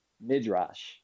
midrash